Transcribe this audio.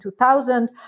2000